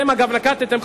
אתם נקטתם,